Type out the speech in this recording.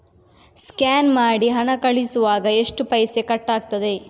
Scan ಮಾಡಿ ಹಣ ಕಳಿಸುವಾಗ ಎಷ್ಟು ಪೈಸೆ ಕಟ್ಟಾಗ್ತದೆ?